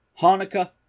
Hanukkah